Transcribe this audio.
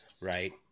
Right